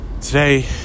today